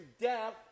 death